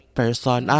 person